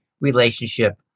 relationship